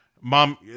mom